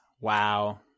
wow